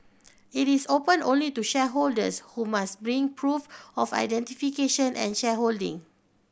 it is open only to shareholders who must bring proof of identification and shareholding